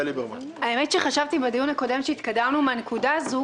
חשבתי בדיון הקודם שהתקדמנו מהנקודה הזו,